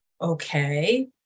okay